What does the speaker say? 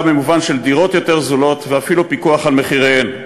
במובן של דירות יותר זולות ואפילו פיקוח על מחיריהן.